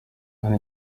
hano